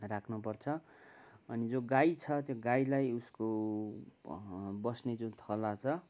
राख्नु पर्छ अनि जो गाई छ त्यो गाईलाई उसको बस्ने जुन थला छ